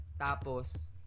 tapos